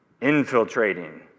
infiltrating